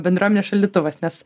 bendruomenės šaldytuvas nes